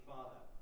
Father